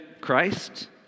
Christ